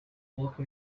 woke